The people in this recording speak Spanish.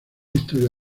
historia